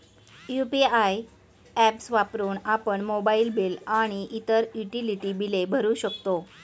UPI apps वापरून आपण mobile bill आणि इतर युटिलिटी बिले भरू शकतो